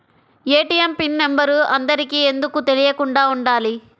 ATM PIN number అందరికి ఎందుకు తెలియకుండా ఉండాలి?